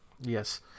yes